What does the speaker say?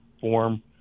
form